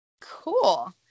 Cool